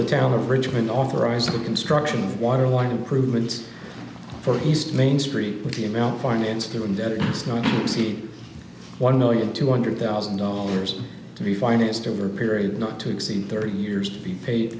the town of richmond authorized the construction of water line improvements for east main street with the amount financed through indebtedness ninety one million two hundred thousand dollars to be financed over a period not to exceed thirteen years to be paid